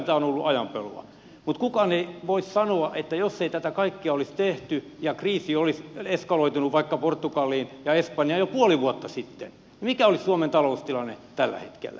mutta kukaan ei voi sanoa että jos ei tätä kaikkea olisi tehty ja kriisi olisi eskaloitunut vaikka portugaliin ja espanjaan jo puoli vuotta sitten mikä olisi suomen taloustilanne tällä hetkellä